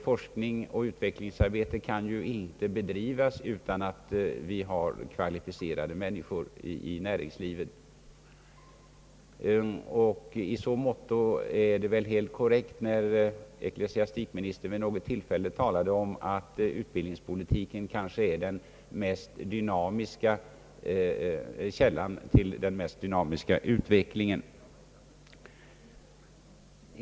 Forskningsoch utvecklingsarbete kan ju inte bedrivas utan att vi har kvalificerade människor i näringslivet. I så måtto var det väl helt korrekt när ecklesiastikministern vid något tillfälle talade om att utbildningspolitiken kanske är den mest dynamiska källan till den mest dynamiska utvecklingen.